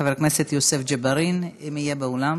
חבר הכנסת יוסף ג'בארין, אם יהיה באולם.